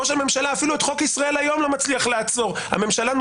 ראש הממשלה אפילו את חוק ישראל היום לא מצליח לעצור.